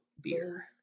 beer